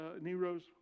Nero's